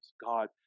God